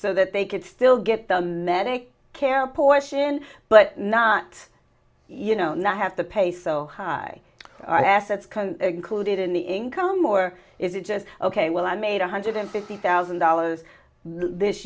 so that they could still get the medical care portion but not you know not have to pay so high i assets can include it in the income or is it just ok well i made one hundred fifty thousand dollars this